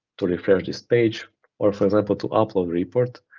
to refresh this page or for example, to upload report,